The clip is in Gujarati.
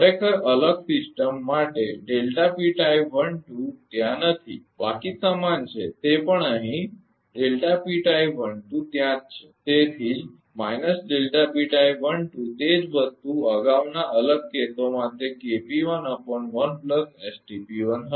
ખરેખર અલગ સિસ્ટમ માટે ત્યાં નથી બાકી સમાન છે તે પણ અહીં ત્યાં જ છે તેથી જ માઈનસ તે જ વસ્તુ અગાઉના અલગ કેસોમાં તે હતું